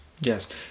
yes